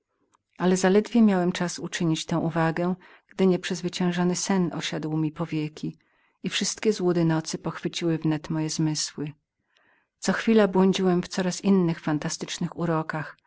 ale zaledwie miałem czas uczynić tę uwagę gdy nieprzezwyciężony sen osiadł mi powieki i wszystkie kłamstwa nocy pochwyciły wnet moje zmysły co chwila błądziłem w coraz innnychinnych fantastycznych urokach a